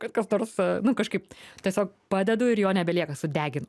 kad kas nors nu kažkaip tiesiog padedu ir jo nebelieka sudegint